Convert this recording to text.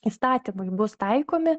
įstatymai bus taikomi